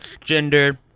Gender